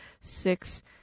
six